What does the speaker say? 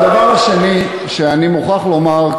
הדבר השני שאני מוכרח לומר,